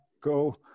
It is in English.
go